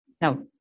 Now